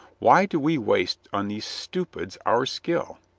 why do we waste on these stupids our skill?